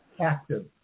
active